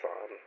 on